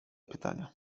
pytania